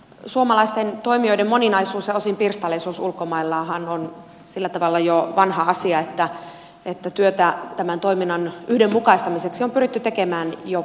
suomalaisten toimijoiden moninaisuus ja osin pirstaleisuus ulkomaillahan on sillä tavalla jo vanha asia että työtä tämän toiminnan yhdenmukaistamiseksi on pyritty tekemään jo pitkään